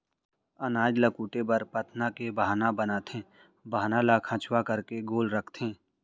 अनाज ल कूटे बर पथना के बाहना बनाथे, बाहना ल खंचवा करके गोल रखथें